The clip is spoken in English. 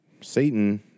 Satan